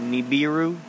Nibiru